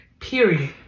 Period